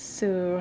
so